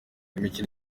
imikino